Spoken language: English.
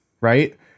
right